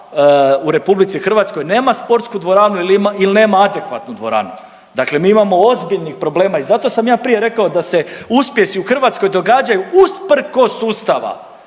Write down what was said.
u RH nema sportsku dvoranu ili nema adekvatnu dvoranu. Dakle, mi imamo ozbiljnih problema i zato sam ja prije rekao da se uspjesi u Hrvatskoj događaju usprkos sustava